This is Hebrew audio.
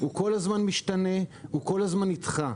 הוא כל הזמן משתנה, הוא כל הזמן נדחה.